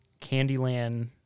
Candyland